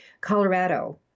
Colorado